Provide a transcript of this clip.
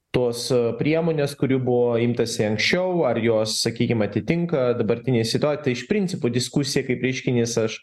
tos priemonės kurių buvo imtasi anksčiau ar jos sakykime atitinka dabartinėje situacijoje tai iš principo diskusija kaip reiškinys aš